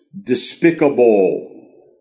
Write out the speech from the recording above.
despicable